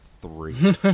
three